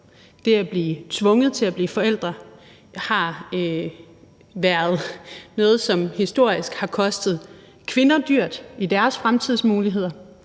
Det at blive tvunget til at blive forælder har været noget, som historisk har kostet kvinder dyrt med hensyn til deres fremtidsmuligheder,